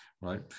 right